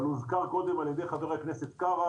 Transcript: אבל הוזכר קודם על ידי חבר הכנסת קארה,